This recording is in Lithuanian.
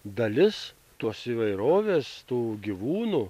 dalis tos įvairovės tų gyvūnų